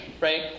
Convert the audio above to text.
right